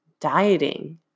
dieting